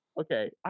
okay